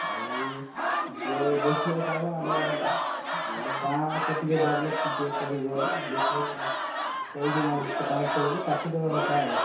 ଆଉ ଯିଏ ଦେଖାଇବ ଆଉ ତା ଦେବା କଥା ବୋଲେ ଗାଁକୁ ଟିକେ ଡେଭଲପ୍ ଯିଏ କରିବ ଯିଏ କହିକି ନା ସେ କାମ କରିବା ତା'କୁ ଦେବା କଥା ଆଉ